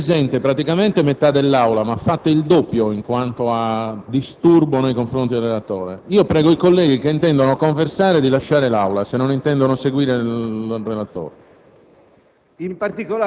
È presente praticamente metà dell'Assemblea, ma sembra il doppio quanto a disturbo nei confronti del relatore. Prego i colleghi che vogliono conversare di lasciare l'Aula, se non intendono seguire la relazione.